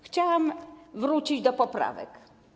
Chciałam wrócić do poprawek.